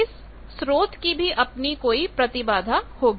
इस स्रोत की भी अपनी कोई प्रतिबाधा होगी